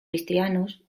cristianos